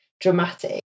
dramatic